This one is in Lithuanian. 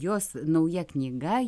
jos nauja knyga